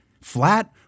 Flat